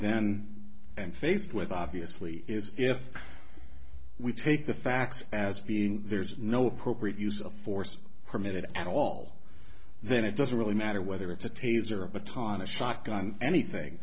then and faced with obviously is if we take the facts as being there's no appropriate use of force permitted at all then it doesn't really matter whether it's a taser a baton a shotgun anything